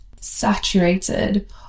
saturated